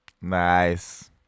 Nice